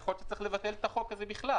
יכול להיות שצריך לבטל את החוק הזה בכלל.